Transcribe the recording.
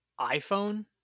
iPhone